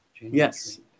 Yes